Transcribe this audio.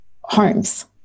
homes